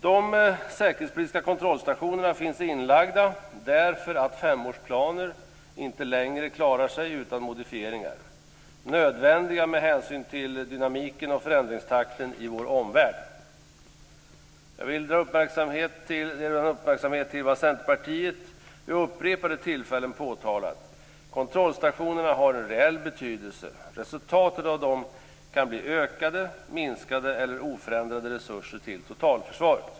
De säkerhetspolitiska kontrollstationerna finns inlagda därför att femårsplaner inte längre klarar sig utan de modifieringar som är nödvändiga med hänsyn till dynamiken och förändringstakten i vår omvärld. Jag vill dra er uppmärksamhet till vad Centerpartiet vid upprepade tillfällen påtalat: Kontrollstationerna har reell betydelse. Resultatet av dem kan bli ökade, minskade eller oförändrade resurser till totalförsvaret.